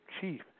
chief